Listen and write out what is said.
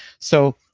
so